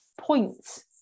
points